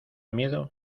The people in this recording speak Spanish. miedo